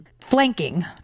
flanking